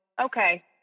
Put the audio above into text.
okay